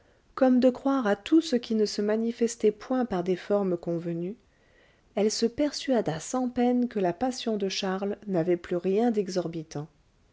comme de croire à tout ce qui ne se manifestait point par des formes convenues elle se persuada sans peine que la passion de charles n'avait plus rien